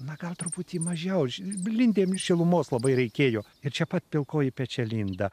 na gal truputį mažiau žin blindėm šilumos labai reikėjo ir čia pat pilkoji pečialinda